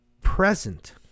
present